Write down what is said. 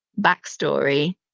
backstory